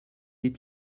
est